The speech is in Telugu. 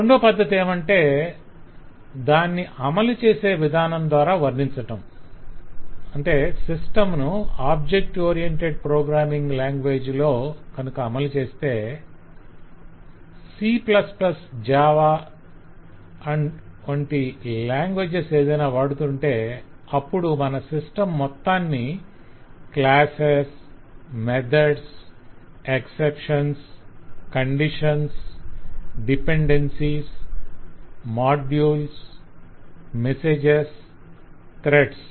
రెండో పద్ధతి ఏమంటే దాన్ని అమలుచేసే విధానం ద్వారా వర్ణించటం - సిస్టం ను ఆబ్జెక్ట్ ఓరియెంటెడ్ ప్రోగ్రామింగ్ లాంగ్వేజ్ లో కనుక అమలుచేస్తూ C Java లేదా అటువంటి లాంగ్వేజ్ ఏదైనా వాడుతుంటే అప్పుడు మన సిస్టం మొత్తాన్ని classes methods exceptions conditions dependencies modules messages threads